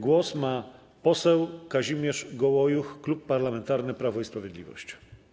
Głos ma poseł Kazimierz Gołojuch, Klub Parlamentarny Prawo i Sprawiedliwość.